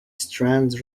strands